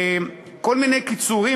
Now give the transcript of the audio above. כל מיני קיצורים.